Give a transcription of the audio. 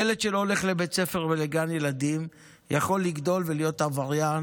ילד שלא הולך לבית ספר או לגן ילדים יכול לגדול ולהיות עבריין